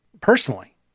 personally